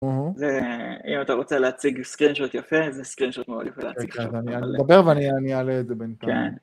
אם אתה רוצה להציג screenshot יפה, זה screenshot מאוד יפה להציג לך. אז אני אדבר ואני אעלה את זה בינתיים.